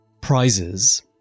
Prizes